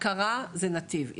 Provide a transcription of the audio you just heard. הכרה, זה נתיב.